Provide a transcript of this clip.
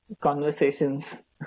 conversations